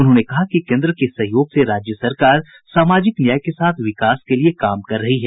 उन्होंने कहा कि केन्द्र के सहयोग से राज्य सरकार सामाजिक न्याय के साथ विकास के लिये काम कर रही है